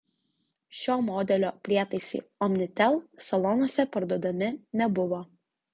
šio modelio prietaisai omnitel salonuose parduodami nebuvo